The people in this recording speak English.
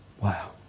Wow